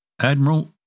Admiral